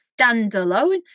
standalone